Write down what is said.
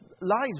lies